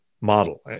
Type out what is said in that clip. model